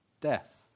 death